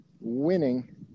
winning